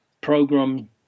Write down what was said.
program